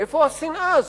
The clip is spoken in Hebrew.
מאיפה השנאה הזאת?